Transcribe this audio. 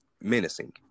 menacing